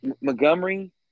Montgomery